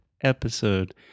episode